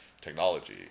technology